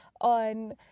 on